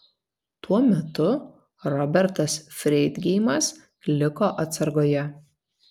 tuo metu robertas freidgeimas liko atsargoje